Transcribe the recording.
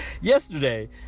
yesterday